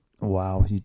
wow